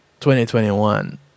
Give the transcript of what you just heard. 2021